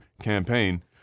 campaign